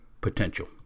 potential